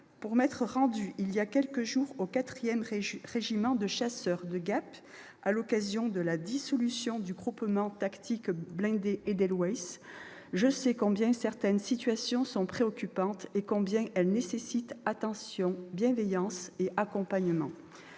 Pour m'être rendue, voilà quelques jours, au 4 régiment de chasseurs de Gap à l'occasion de la dissolution du Groupement tactique blindé Edelweiss, je sais combien certaines situations sont préoccupantes et combien elles nécessitent attention, bienveillance et accompagnement.